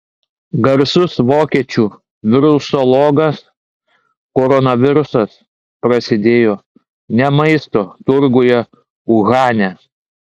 garsus vokiečių virusologas koronavirusas prasidėjo ne maisto turguje uhane